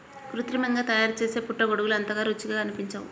కృత్రిమంగా తయారుచేసే పుట్టగొడుగులు అంత రుచిగా అనిపించవు